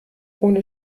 ohne